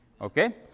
Okay